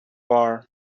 bar